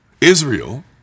Israel